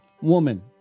woman